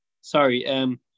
Sorry